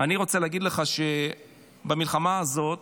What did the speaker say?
אני רוצה להגיד לך שבמלחמה הזאת